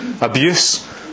abuse